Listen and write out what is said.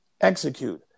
Execute